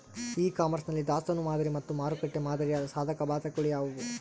E commerce ನಲ್ಲಿ ದಾಸ್ತನು ಮಾದರಿ ಮತ್ತು ಮಾರುಕಟ್ಟೆ ಮಾದರಿಯ ಸಾಧಕಬಾಧಕಗಳು ಯಾವುವು?